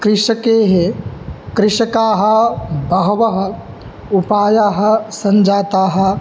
कृषकेः कृषकाः बहवः उपायाः सञ्जाताः